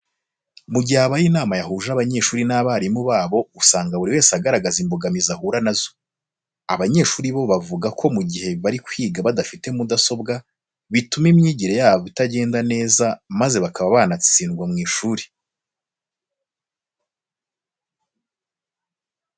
Mu gihe habaye inama yahuje abanyeshuri n'abarimu babo usanga buri wese agaragaza imbogamizi ahura na zo. Abanyeshuri bo bavuga ko mu gihe bari kwiga badafite mudasobwa bituma imyigire yabo itagenda neza maze bakaba banatsindwa mu ishuri.